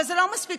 אבל זה לא מספיק,